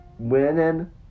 Winning